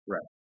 Right